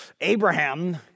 Abraham